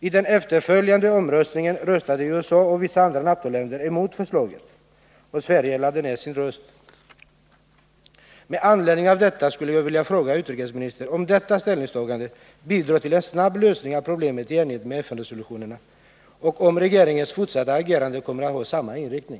I den efterföljande omröstningen röstade USA och vissa andra NATO-länder emot förslaget, och Sverige lade ner sin röst. Med anledning av detta skulle jag vilja fråga utrikesministern om detta ställningstagande bidrar till en snabb lösning av problemet i enlighet med FN-resolutionerna och om regeringens fortsatta agerande kommer att ha samma inriktning.